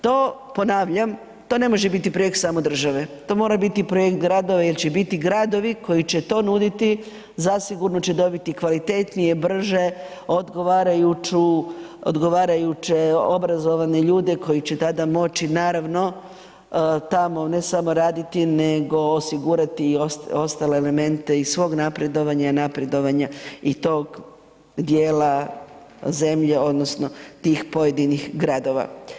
To ponavljam, to ne može biti projekt samo države, to mora biti projekt gradova jer će biti gradovi koji će to nuditi zasigurno će dobiti kvalitetnije, brže, odgovarajuće, obrazovane ljude koji će tada moći naravno tamo ne samo raditi nego osigurati i ostale elemente iz svog napredovanja i napredovanja i tog djela zemlje odnosno tih pojedinih gradova.